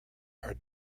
are